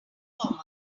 former